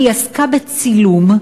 היא עסקה בצילום,